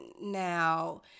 Now